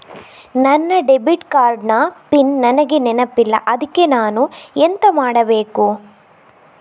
ನನ್ನ debit card ನ PIN ನನಗೆ ನೆನಪಿಲ್ಲ ಅದ್ಕೆ ನಾನು ಎಂತ ಮಾಡಬೇಕು?